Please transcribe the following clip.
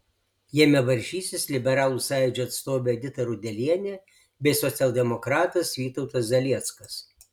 jame varžysis liberalų sąjūdžio atstovė edita rudelienė bei socialdemokratas vytautas zalieckas